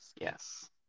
Yes